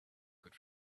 good